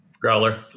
growler